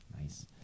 Nice